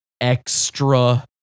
extra